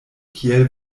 kiel